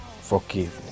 Forgiveness